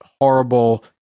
horrible